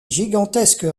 gigantesque